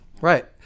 Right